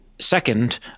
second